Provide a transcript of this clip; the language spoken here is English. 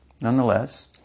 nonetheless